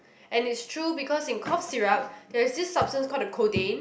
and it's true because in cough syrup there is this substance called the codeine